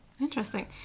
Interesting